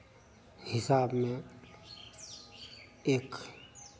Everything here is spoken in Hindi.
हिसाब में एक